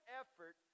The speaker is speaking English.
effort